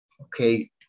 Okay